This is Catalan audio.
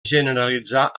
generalitzar